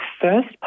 first